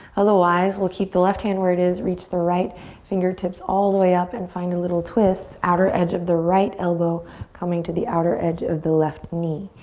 otherwise, we'll keep the left hand where it is, reach the right fingertips all the way up and find a little twist. outer edge of the right elbow coming to the outer edge of the left knee.